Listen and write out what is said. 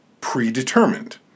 predetermined